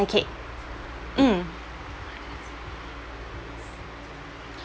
okay mm